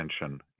attention